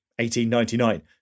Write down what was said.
1899